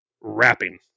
rapping